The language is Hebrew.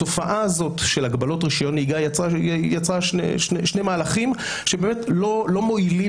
התופעה הזאת של הגבלות רישיון נהיגה יצרה שני מהלכים שלא מועילים